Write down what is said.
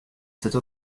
cette